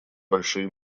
большие